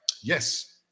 Yes